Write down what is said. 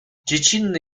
dziecinny